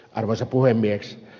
arvoisa puhemies